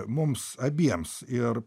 mums abiems ir